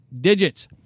digits